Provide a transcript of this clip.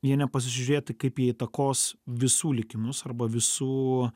jie ne pasižiūrėti kaip jie įtakos visų likimus arba visų